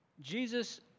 Jesus